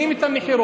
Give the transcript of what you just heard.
כי מכינים את המכרז,